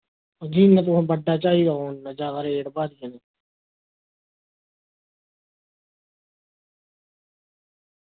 जि'यां तुसें बड्डा चाहिदा हु'न मैं ज्यादा रेट